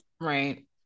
Right